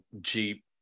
Jeep